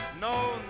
No